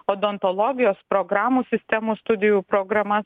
odontologijos programų sistemų studijų programas